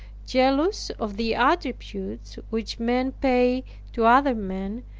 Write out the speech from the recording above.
jealous of the attributes which men pay to other men,